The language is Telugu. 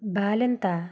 బాలింత